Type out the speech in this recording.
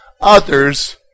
others